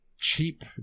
cheap